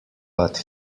but